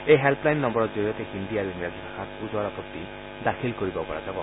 এই হেল্ললাইন নম্বৰৰ জৰিয়তে হিন্দী আৰু ইংৰাজী ভাষাত ওজৰ আপত্তি দাখিল কৰিব পৰা যাব